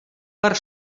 per